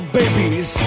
babies